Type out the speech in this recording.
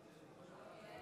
בעד,